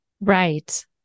Right